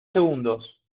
segundos